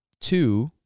Two